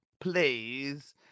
plays